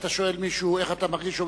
כשאתה שואל מישהו איך אתה מרגיש,